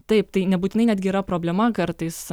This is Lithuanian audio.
taip tai nebūtinai netgi yra problema kartais